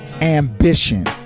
ambition